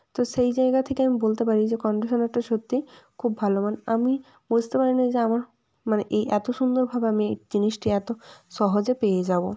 তো সেই জায়গা থেকে আমি বলতে পারি যে কন্ডিশনারটা সত্যিই খুব ভালো মানে আমি বুঝতে পারিনি যে আমার মানে এই এতো সুন্দরভাবে আমি জিনিসটি এতো সহজে পেয়ে যাবো